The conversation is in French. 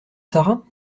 sara